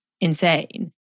insane